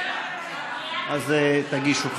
הגישו חתימות,